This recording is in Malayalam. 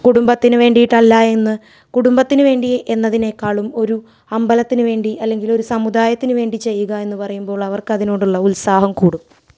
കുടുംബത്തിന് വേണ്ടിയിട്ട് അല്ലായെന്ന് കുടുംബത്തിന് വേണ്ടി എന്നതിനേക്കാളും ഒരു അമ്പലത്തിന് വേണ്ടി അല്ലങ്കിലൊരു സമുദായത്തിന് വേണ്ടി ചെയ്യുക എന്ന് പറയുമ്പോളവർക്ക് അതിനോടുള്ള ഉത്സാഹം കൂടും